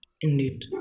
Indeed